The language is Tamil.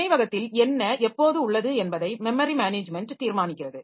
நினைவகத்தில் என்ன எப்போது உள்ளது என்பதை மெமரி மேனேஜ்மென்ட் தீர்மானிக்கிறது